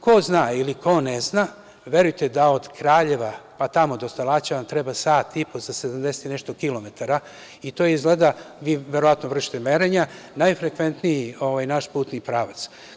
Ko zna ili ko ne zna, verujte da od Kraljeva pa tamo do Stalaća vam treba sat i po za 70 i nešto kilometara i to je izgleda, vi verovatno vršite merenja, najfrekventniji naš putni pravac.